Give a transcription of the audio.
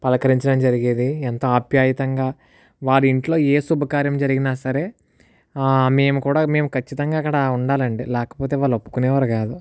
పలకరించడం జరిగేది ఎంతో ఆప్యాయంగా వారి ఇంట్లో ఏ శుభకార్యం జరిగినా సరే మేము కూడా మేము ఖచ్చితంగా అక్కడ ఉండాలండి లేకపోతే వాళ్ళు ఒప్పుకునేవారు కాదు